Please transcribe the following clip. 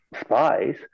Spies